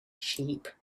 sheep